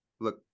look